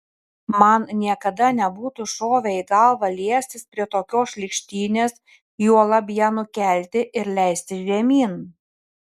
man niekada nebūtų šovę į galvą liestis prie tokios šlykštynės juolab ją nukelti ir leistis žemyn